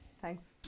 Thanks